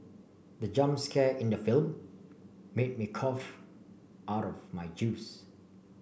the jump scare in the film made me cough out my juice